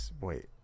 Wait